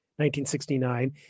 1969